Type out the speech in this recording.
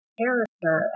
character